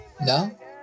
No